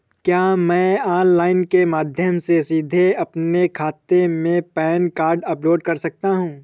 क्या मैं ऑनलाइन के माध्यम से सीधे अपने खाते में पैन कार्ड अपलोड कर सकता हूँ?